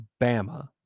Bama